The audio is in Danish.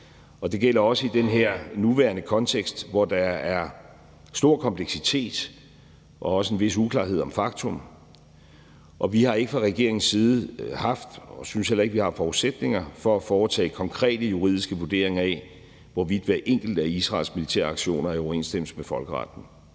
Det gælder også i den her nuværende kontekst, hvor der er stor kompleksitet og også en vis uklarhed om fakta, og vi har ikke fra regeringens side haft, og vi synes heller ikke, vi har det, forudsætninger for at foretage konkrete juridiske vurderinger af, hvorvidt hver enkelt af Israels militæraktioner er i overensstemmelse med folkeretten.